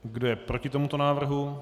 Kdo je proti tomuto návrhu?